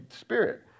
Spirit